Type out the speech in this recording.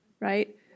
Right